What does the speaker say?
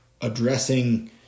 addressing